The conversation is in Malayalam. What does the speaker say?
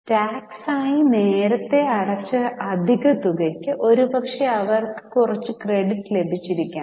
ടാക്സ് ആയി നേരത്തെ അടച്ച അധിക തുകയ്ക്ക് ഒരുപക്ഷേ അവർക്ക് കുറച്ച് ക്രെഡിറ്റ് ലഭിച്ചിരിക്കാം